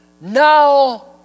Now